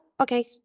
okay